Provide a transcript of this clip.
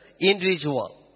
individual